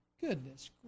goodness